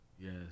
yes